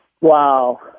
Wow